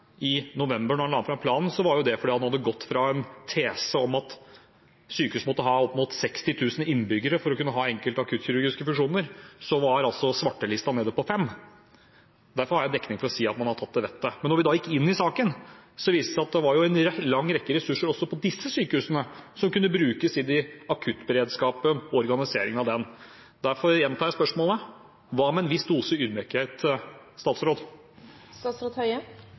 i november da han la fram planen, var det fordi han hadde gått fra en tese om at sykehus måtte ha opp mot 60 000 innbyggere for å kunne ha enkelte akuttkirurgiske funksjoner – så var svartelisten nede på 5 000. Derfor har jeg dekning for å si at man har tatt til vettet. Men da vi gikk inn i saken, viste det seg at det var en lang rekke ressurser på disse sykehusene som kunne brukes i organisering av akuttberedskapen. Derfor gjentar jeg spørsmålet: Hva